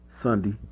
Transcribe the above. Sunday